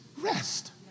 rest